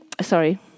Sorry